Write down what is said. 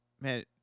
man